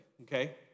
okay